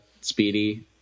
Speedy